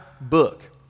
book